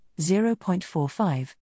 0.45